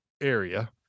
area